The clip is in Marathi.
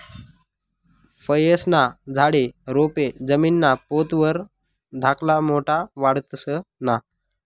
फयेस्ना झाडे, रोपे जमीनना पोत वर धाकला मोठा वाढतंस ना?